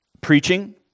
preaching